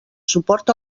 suport